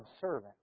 servant